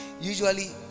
Usually